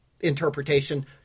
interpretation